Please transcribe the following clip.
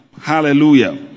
Hallelujah